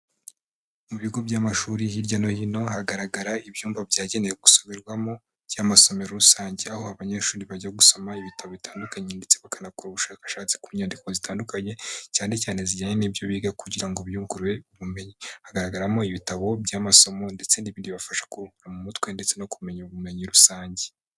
Mu bigo by'amashuri hirya no hino hagaragara ibyumba byagenewe gusomerwamo, by'amasomero rusange, aho abanyeshuri bajya gusoma ibitabo bitandukanye ndetse bakanakora ubushakashatsi ku nyandiko zitandukanye, cyane cyane zijyanye n'ibyo biga kugira ngo biyungure ubumenyi. Hagaragaramo ibitabo by'amasomo ndetse n'ibindi bibafasha kuruhuka mu mutwe, ndetse no kumenya ubumenyi rusange.